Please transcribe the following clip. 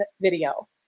video